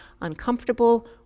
uncomfortable